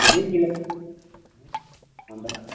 शरीरके लए हैं हँ बताउ